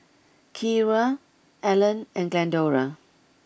Kierra Ellen and Glendora